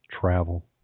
travel